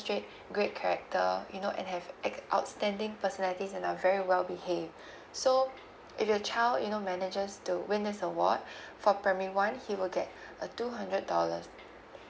demonstrate great character you know and have ex~ outstanding personality and are very well behaved so if your child you know manages to win this award for primary one he will get a two hundred dollars